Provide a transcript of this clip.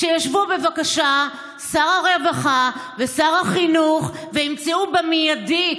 שישבו בבקשה שר הרווחה ושר החינוך וימצאו מיידית.